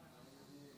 רבה.